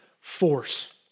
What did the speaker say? force